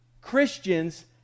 Christians